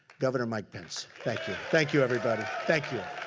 govenor mike pence. thank you, thank you, everybody. thank you.